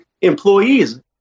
employees